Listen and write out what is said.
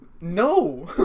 no